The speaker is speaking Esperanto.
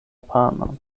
panon